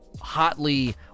hotly